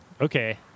okay